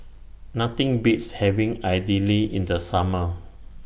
Nothing Beats having Idili in The Summer